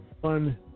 one